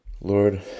Lord